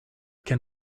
can